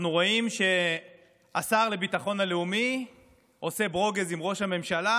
אנחנו רואים שהשר לביטחון לאומי עושה ברוגז עם ראש הממשלה,